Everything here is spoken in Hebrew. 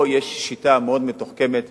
פה יש שיטה מאוד מתוחכמת,